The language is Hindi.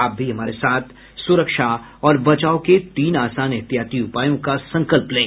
आप भी हमारे साथ सुरक्षा और बचाव के तीन आसान एहतियाती उपायों का संकल्प लें